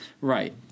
Right